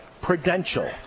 Prudential